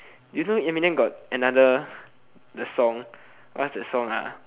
you know Eminem got another the song what's that song ah